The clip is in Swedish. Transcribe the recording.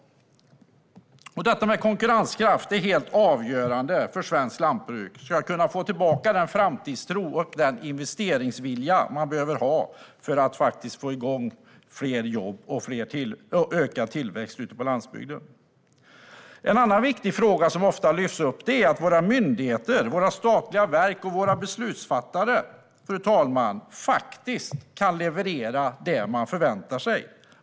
Detta med konkurrenskraft är helt avgörande för att svenskt lantbruk ska kunna få tillbaka den framtidstro och den investeringsvilja man behöver ha för att få igång fler jobb och ökad tillväxt ute på landsbygden. En annan viktig fråga som ofta lyfts upp är att våra myndigheter, våra statliga verk och våra beslutsfattare, fru talman, faktiskt kan leverera det man förväntar sig.